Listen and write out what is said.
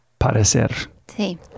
parecer